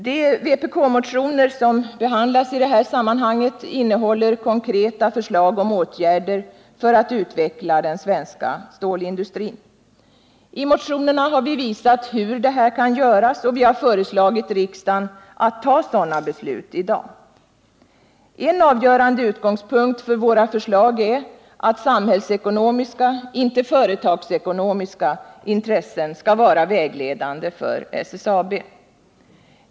De vpk-motioner som behandlas i detta sammanhang innehåller konkreta förslag om åtgärder för att utveckla den svenska stålindustrin. I motionerna har vi visat hur detta kan göras, och vi har föreslagit riksdagen att ta sådana beslut i dag. En avgörande utgångspunkt för våra förslag är att samhällsekonomiska, inte företagsekonomiska, intressen skall vara vägledande för SSAB.